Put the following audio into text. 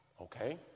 Okay